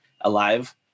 alive